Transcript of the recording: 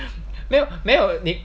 没有没有你